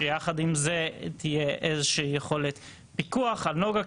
שיחד עם זה תהיה איזו שהיא יכולת פיקוח על נגה,